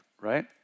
right